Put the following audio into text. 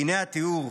והינה התיאור: